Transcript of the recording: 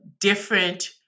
different